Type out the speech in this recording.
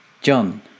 John